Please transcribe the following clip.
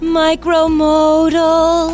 micromodal